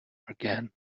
again